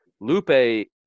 Lupe